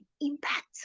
impact